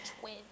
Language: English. twin